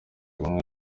ubumwe